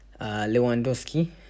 lewandowski